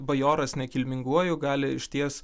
bajoras nekilminguoju gali išties